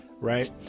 right